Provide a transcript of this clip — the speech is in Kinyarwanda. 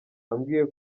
ambwiye